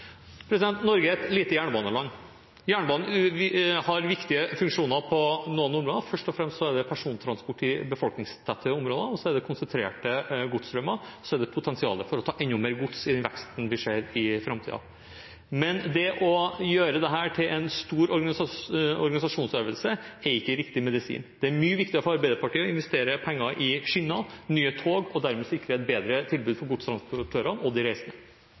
Norge er et lite jernbaneland. Jernbanen har viktige funksjoner på noen områder, først og fremst som persontransport i befolkningstette områder og for konsentrerte godsstrømmer, og så er det et potensial for å ta enda mer gods med den veksten vi ser i framtiden. Men det å gjøre dette til en stor organisasjonsøvelse er ikke riktig medisin. Det er mye viktigere for Arbeiderpartiet å investere penger i skinner og nye tog og dermed sikre et bedre tilbud for godstransportørene og de reisende.